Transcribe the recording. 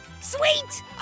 Sweet